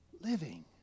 living